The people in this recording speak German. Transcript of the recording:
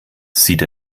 sieht